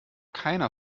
keiner